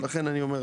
ולכן אני אומר,